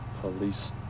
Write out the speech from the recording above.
police